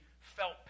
felt